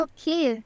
Okay